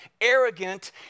arrogant